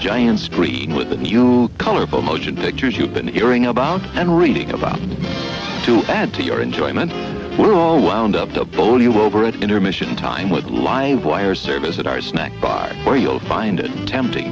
giant screen with you colorful motion pictures you've been hearing about and reading about to add to your enjoyment we're all wound up to pull you over at intermission time what live wire service at our snack bar or you'll find a tempting